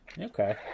Okay